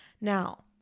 Now